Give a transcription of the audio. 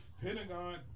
Pentagon